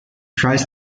tries